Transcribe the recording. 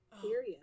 period